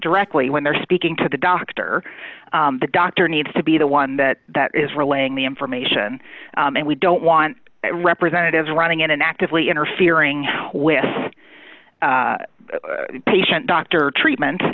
directly when they're speaking to the doctor the doctor needs to be the one that that is relaying the information and we don't want representatives running in and actively interfering with patient doctor treatment